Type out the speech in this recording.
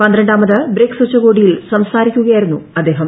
പന്ത്രണ്ടാമത് ബ്രിക്സ് ഉച്ചകോടിയിൽ സംസാരിക്കുകയായിരുന്നു അദ്ദേഹം